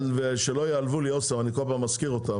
ושלא יעלבו לי אוסם אני כל פעם מזכיר אותם,